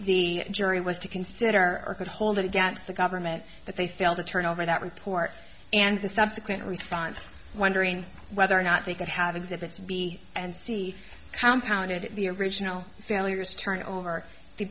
the jury was to consider or could hold it against the government that they failed to turn over that report and the subsequent response wondering whether or not they could have exhibits b and c how pounded the original failures turned over the